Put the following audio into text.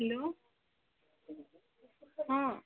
hello ହଁ